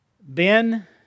Ben